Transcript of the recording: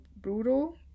brutal